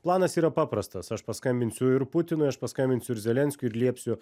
planas yra paprastas aš paskambinsiu ir putinui aš paskambinsiu ir zelenskiui ir liepsiu